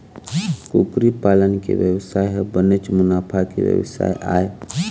कुकरी पालन के बेवसाय ह बनेच मुनाफा के बेवसाय आय